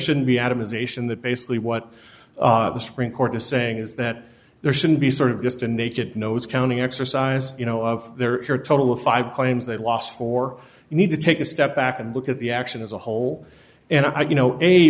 shouldn't be atomization that basically what the supreme court is saying is that there shouldn't be sort of just a naked nose counting exercise you know of there are a total of five claims they last for you need to take a step back and look at the action as a whole and i you know